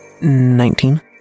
Nineteen